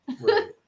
right